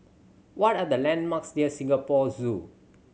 what are the landmarks near Singapore Zoo